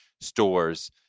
stores